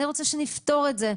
אני רוצה שנפתור את זה,